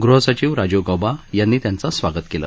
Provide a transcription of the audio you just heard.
गृहसचिव राजीव गौबा यांनी त्यांचं स्वागत केलं